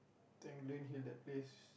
dangling in that face